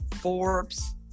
Forbes